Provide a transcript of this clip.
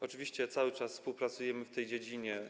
Oczywiście cały czas współpracujemy w tej dziedzinie.